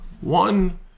one